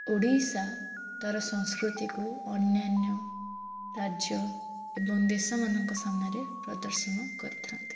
ଓଡ଼ିଶା ତା'ର ସଂସ୍କୃତିକୁ ଅନ୍ୟାନ୍ୟ ରାଜ୍ୟ ଏବଂ ଦେଶମାନଙ୍କ ସାମ୍ନାରେ ପ୍ରଦର୍ଶନ କରିଥାନ୍ତି